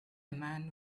man